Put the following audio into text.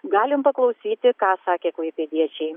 galim paklausyti ką sakė klaipėdiečiai